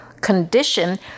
condition